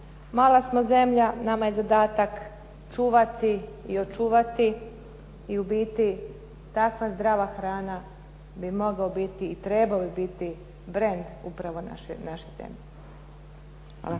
Mala smo zemlja, nama je zadatak čuvati i očuvati i u biti takva zdrava hrana bi mogao biti i trebao bi biti brand upravo naše zemlje. Hvala.